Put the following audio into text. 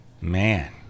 Man